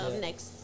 Next